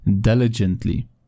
diligently